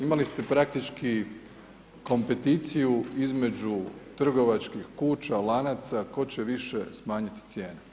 Imali ste praktički kompeticiju između trgovačkih kuća, lanaca, tko će više smanjiti cijene.